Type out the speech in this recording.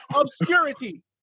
Obscurity